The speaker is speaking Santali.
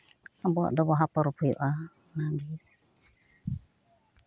ᱟᱵᱚᱣᱟᱜ ᱫᱚ ᱵᱟᱦᱟ ᱯᱚᱨᱚᱵᱽ ᱦᱩᱭᱩᱜᱼᱟ ᱚᱱᱟᱜᱮ